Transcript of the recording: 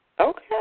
Okay